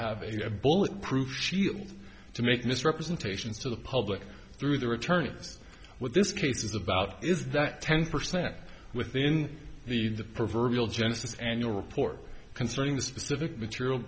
have a bulletproof shield to make misrepresentations to the public through the return is what this case is about is that ten percent within the the proverbial genesis and your report concerning the specific material